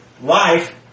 life